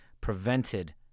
prevented